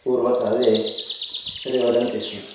पूर्वकाले रि वदन्ति स्म